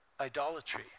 idolatry